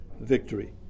victory